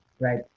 Right